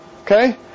Okay